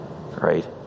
Right